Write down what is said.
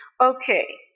okay